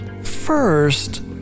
first